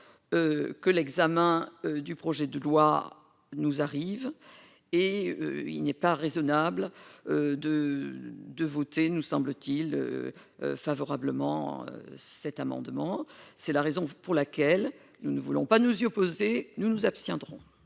que l'examen du projet de loi nous arrive et il n'est pas raisonnable de de voter, nous semble-t-il favorablement cet amendement, c'est la raison pour laquelle nous ne voulons pas nous y opposer, nous nous abstiendrons